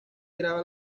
graba